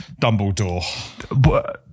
Dumbledore